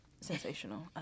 sensational